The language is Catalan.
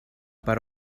per